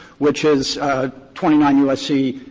which is twenty nine u s c,